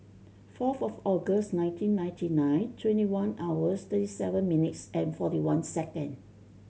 fourth of August nineteen ninety nine twenty one hours thirty seven minutes and forty one second